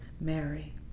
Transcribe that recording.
Mary